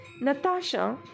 Natasha